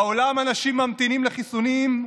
בעולם אנשים ממתינים לחיסונים,